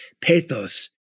Pathos